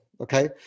okay